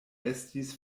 estis